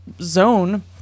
zone